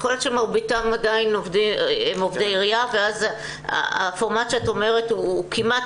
יכול להיות שמרביתם עדיין הם עובדי עירייה ואז הפורמט שאת אומרת הוא כמעט